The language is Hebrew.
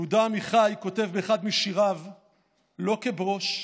יהודה עמיחי כתב באחד משיריו: "לא כברוש,